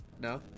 No